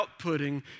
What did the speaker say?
outputting